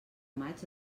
maig